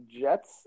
Jets